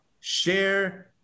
share